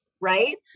right